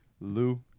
Lou